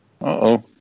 Uh-oh